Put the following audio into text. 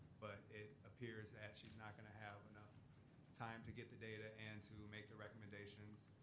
but, it appears that she's not gonna have enough time to get the data and to make the recommendations.